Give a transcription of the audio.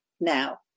now